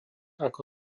ako